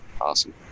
Awesome